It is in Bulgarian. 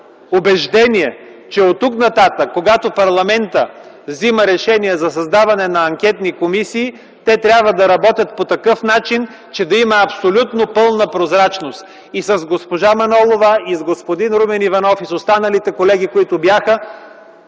убеждение, че оттук нататък, когато парламентът взима решение за създаване на анкетни комисии те трябва да работят по такъв начин, че да има абсолютно пълна прозрачност. С госпожа Манолова, с господин Румен Иванов и с останалите колеги, които бяха,